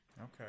okay